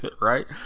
right